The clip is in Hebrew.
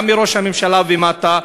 מראש הממשלה ומטה,